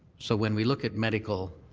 so when we look at medical